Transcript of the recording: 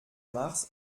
mars